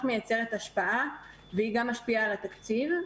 מייצרת השפעה והיא גם משפיעה על גובה התקציב.